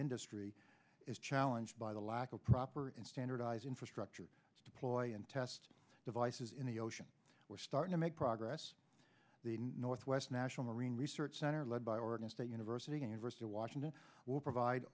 industry challenged by the lack of proper and standardized infrastructure deploying test devices in the ocean we're starting to make progress the northwest national marine research center led by oregon state university and versed in washington will provide